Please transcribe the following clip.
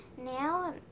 Now